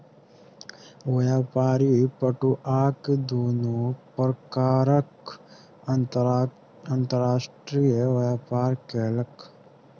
व्यापारी पटुआक दुनू प्रकारक अंतर्राष्ट्रीय व्यापार केलक